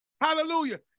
Hallelujah